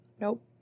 Nope